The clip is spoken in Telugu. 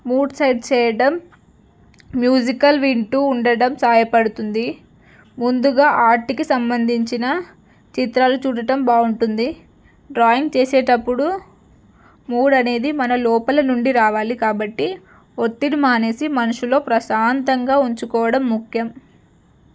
మూడ్ సెట్ చెయ్యడం మ్యూజిక్ వింటూ ఉండడం సాయపడుతుంది ముందుగా ఆర్ట్కి సంబంధించిన చిత్రాలు చూడడం బాగుంటుంది డ్రాయింగ్ చేసేటప్పుడు మూడ్ అనేది మన లోపల నుండి రావాలి కాబట్టి ఒత్తిడి మానేసి మనుసులో ప్రశాంతంగా ఉంచుకోవడం ముఖ్యం